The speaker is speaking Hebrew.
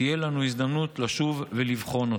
תהיה לנו הזדמנות לשוב ולבחון אותו.